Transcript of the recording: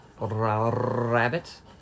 Rabbit